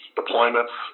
deployments